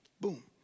boom